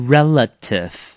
Relative